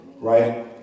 Right